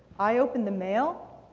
i opened the mail,